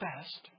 Best